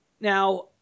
Now